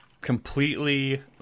Completely